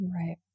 Right